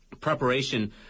preparation